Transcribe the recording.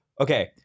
Okay